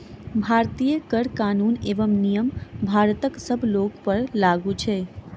भारतीय कर कानून एवं नियम भारतक सब लोकपर लागू छै